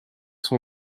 son